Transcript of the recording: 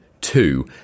two